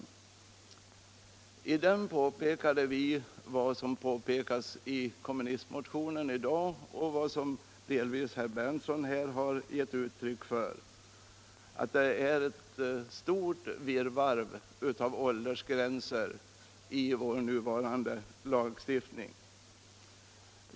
Vi påpekade i motionen vad som påpekas i kommunistmotionen och vad som herr Berndtson delvis har gett uttryck för, nämligen att det är ett stort virrvarr av åldersgränser i vår nuvarande lagstiftning.